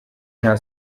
nta